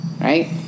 Right